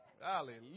Hallelujah